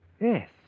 Yes